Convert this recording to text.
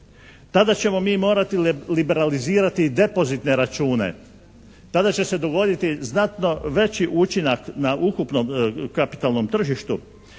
Tada ćemo mi morati liberalizirati i depozitne račune, tada će se dogoditi znatno veći učinak na ukupnom kapitalnom tržištu